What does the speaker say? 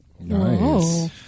Nice